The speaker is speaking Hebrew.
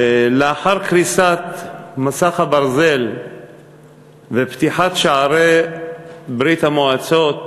לאחר קריסת מסך הברזל ופתיחת שערי ברית-המועצות